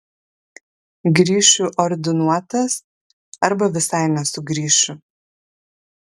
grįšiu ordinuotas arba visai nesugrįšiu